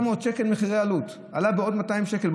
700 שקל מחירי עלות, עלה בעוד 200 שקל.